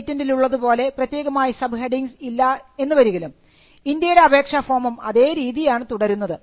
പേറ്റന്റിലുള്ളതു പോലെ പ്രത്യേകമായ sub headings ഇല്ലാ എന്നു വരികിലും ഇന്ത്യയുടെ അപേക്ഷ ഫോമും അതേ രീതിയാണ് തുടരുന്നത്